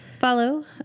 follow